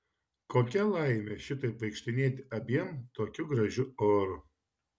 kokia laimė šitaip vaikštinėti abiem tokiu gražiu oru